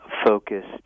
focused